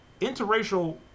interracial